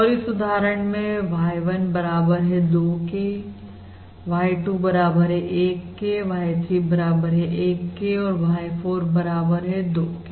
और इस उदाहरण में y1 बराबर है 2 केy2 बराबर है 1 केy3 बराबर है 1 के औरy4 बराबर है 2 के